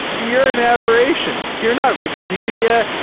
you're an aberration. you're not wikipedia.